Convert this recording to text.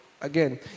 again